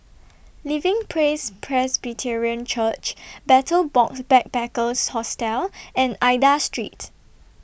Living Praise Presbyterian Church Betel Box Backpackers Hostel and Aida Street